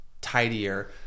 tidier